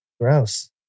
gross